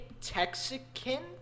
texican